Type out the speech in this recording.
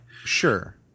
Sure